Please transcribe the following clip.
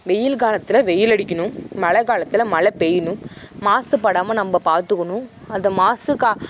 வெயில் காலத்தில் வெயில் அடிக்கணும் மழை காலத்தில் மழை பெய்யணும் மாசுபடாமல் நம்ம பார்த்துக்கணும் அந்த மாசுக்கு